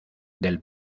del